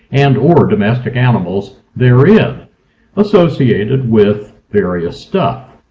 and or domestic animals, therein associated with various stuff.